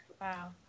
Wow